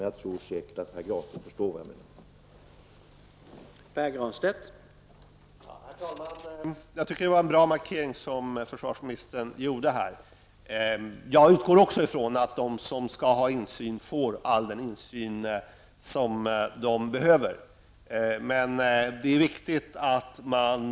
Jag tror säkert att Pär Granstedt förstår vad jag menar.